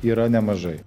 yra nemažai